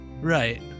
Right